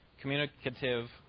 communicative